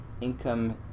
income